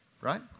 Right